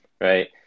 Right